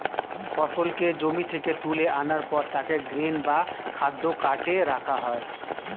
ফসলকে জমি থেকে তুলে আনার পর তাকে গ্রেন বা খাদ্য কার্টে রাখা হয়